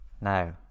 No